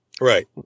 Right